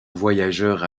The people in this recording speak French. voyageurs